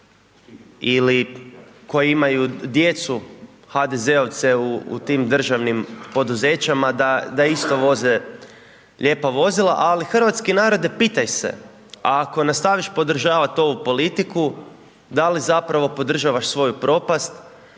ili koji imaju djecu HDZ-ovce u tim državnim poduzećima, da isto voze lijepa vozila, ali hrvatski narode pitaj se, a ako nastaviš podržavat ovu politiku, da li zapravo podržavaš svoju propast,